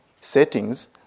settings